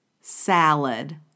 salad